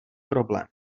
problém